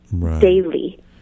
daily